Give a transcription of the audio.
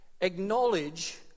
acknowledge